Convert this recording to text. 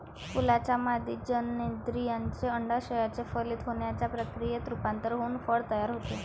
फुलाच्या मादी जननेंद्रियाचे, अंडाशयाचे फलित होण्याच्या प्रक्रियेत रूपांतर होऊन फळ तयार होते